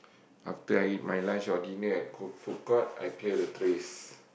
after I eat my lunch or dinner I go food court I clear the trays